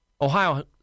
Ohio